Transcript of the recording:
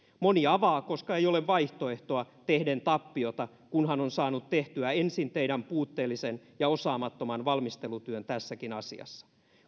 moni avaa koska ei ole vaihtoehtoa tehden tappiota kunhan on saanut tehtyä ensin teidän puutteellisen ja osaamattoman valmistelutyön tässäkin asiassa